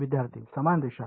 विद्यार्थीः समान रेषा